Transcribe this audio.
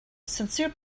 sincere